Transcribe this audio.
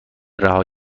رها